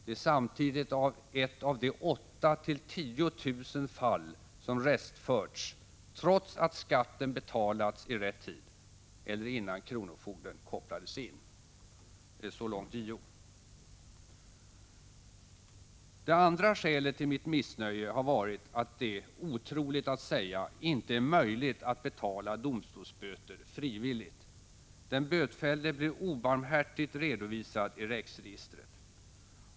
Det är samtidigt ett av de 8 000-10 000 fall som har restförts trots att skatten betalats i rätt tid eller innan kronofogden kopplades in.” Det andra skälet till mitt missnöje har varit att det — otroligt att säga — inte är möjligt att betala domstolsböter frivilligt. Den bötfällde blir obarmhärtigt — Prot. 1985/86:159 redovisad i REX-registret.